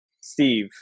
Steve